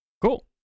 cool